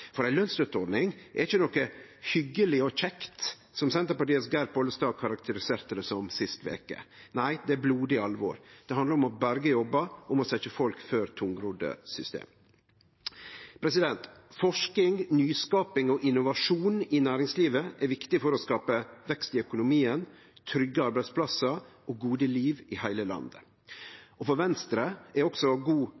For ei lønsstøtteordning er ikkje noko hyggeleg og kjekt, som Senterpartiets Geir Pollestad karakteriserte det som sist veke. Nei, dette er blodig alvor. Det handlar om å berge jobbar, om å sette folk før tungrodde system. Forsking, nyskaping og innovasjon i næringslivet er viktig for å skape vekst i økonomien, trygge arbeidsplassar og gode liv i heile